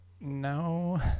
no